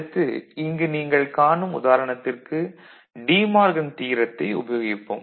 அடுத்து இங்கு நீங்கள் காணும் உதாரணத்திற்கு டீ மார்கன் தியரத்தை உபயோகிப்போம்